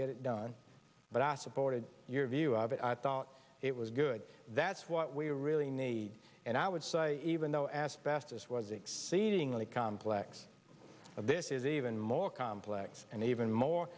get it done but i supported your view of it i thought it was good that's what we really need and i would say even though asbestos was exceedingly complex this is even more complex and even more